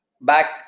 back